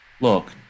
look